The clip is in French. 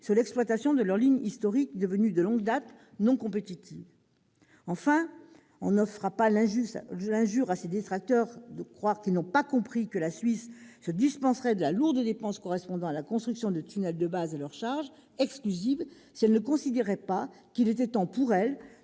sur l'exploitation de leurs lignes historiques devenues, de longue date, non compétitives. Enfin, on ne fera pas l'injure aux détracteurs du projet de croire qu'ils n'ont pas compris que la Suisse se dispenserait de la lourde dépense correspondant à la construction de tunnels de base, à leur charge exclusive, si elle ne considérait pas qu'il était temps pour elle